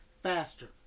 faster